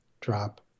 drop